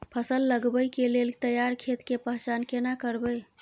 फसल लगबै के लेल तैयार खेत के पहचान केना करबै?